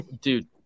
dude